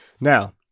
Now